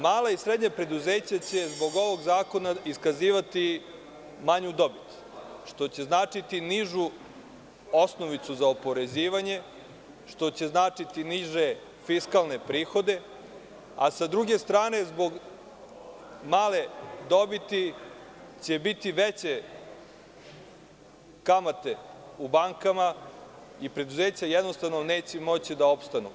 Mala i srednja preduzeća će zbog ovog zakona iskazivati manju dobit, što će značiti nižu osnovicu za oporezivanje, što će značiti niže fiskalne prihode, a sa druge strane, zbog male dobiti će biti veće kamate u bankama i preduzeća jednostavno neće moći da opstanu.